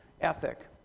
ethic